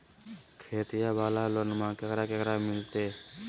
खेतिया वाला लोनमा केकरा केकरा मिलते?